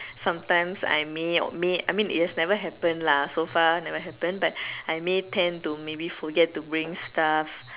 sometimes I may or may I mean it has never happen lah so far never happen but I may tend to maybe forget to bring stuff